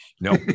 No